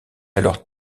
alors